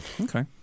Okay